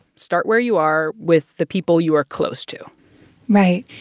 start where you are with the people you are close to right.